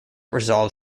resolve